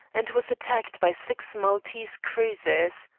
and was attacked by six maltese cruisers.